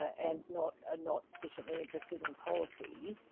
and not ah not sufficiently interested in policy.